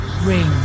ring